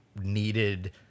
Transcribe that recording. needed